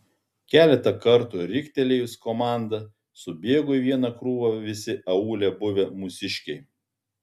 keletą kartų riktelėjus komandą subėgo į vieną krūvą visi aūle buvę mūsiškiai